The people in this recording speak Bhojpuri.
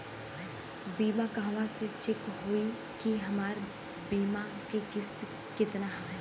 बीमा कहवा से चेक होयी की हमार बीमा के किस्त केतना ह?